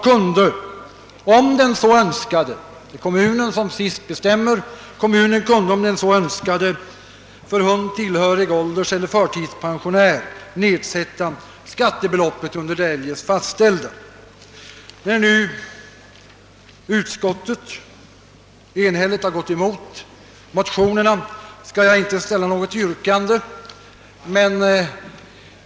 Kommunen skulle då, om den så önskade, kunna för hund, tillhörig ålderseller förtidspensionär, nedsätta skattebeloppet under det eljest fastställda. När nu utskottet enhälligt har avstyrkt motionerna skall jag inte ställa något yrkande.